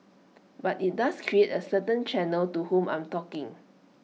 but IT does create A certain channel to whom I'm talking